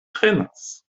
prenas